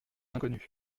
inconnus